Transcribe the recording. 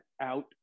out